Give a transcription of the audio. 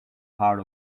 part